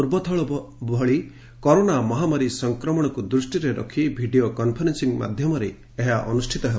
ପୂର୍ବଥର ଭଳି କରୋନା ମହାମାରୀ ସଂକ୍ରମଶକୁ ଦୃଷ୍ଟିରେ ରଖି ଭିଡ଼ିଓ କନ୍ଫରେନ୍ୱିଂ ମାଧ୍ଧମରେ ଏହା ଅନୁଷିତ ହେବ